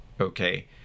Okay